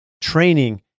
training